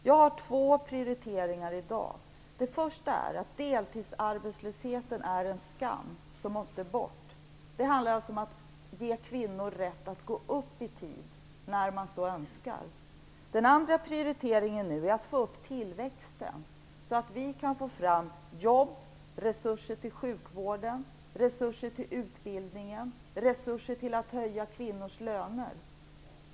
Jag har två prioriteringar i dag. Den första gäller deltidsarbetslösheten, som är en skam och som måste bort. Det handlar alltså om att ge kvinnor rätt att gå upp i arbetstid när så önskas. Den andra prioriteringen är att få upp tillväxten, så att vi kan få fram jobb samt resurser till sjukvård och utbildning och till att höja kvinnors löner.